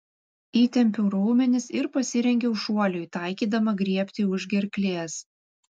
įtempiau raumenis ir pasirengiau šuoliui taikydama griebti už gerklės